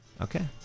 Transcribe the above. Okay